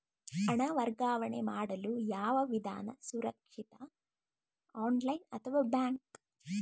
ಹಣ ವರ್ಗಾವಣೆ ಮಾಡಲು ಯಾವ ವಿಧಾನ ಸುರಕ್ಷಿತ ಆನ್ಲೈನ್ ಅಥವಾ ಬ್ಯಾಂಕ್?